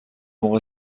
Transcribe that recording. موقع